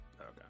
Okay